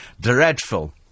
Dreadful